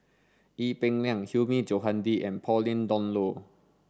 Ee Peng Liang Hilmi Johandi and Pauline Dawn Loh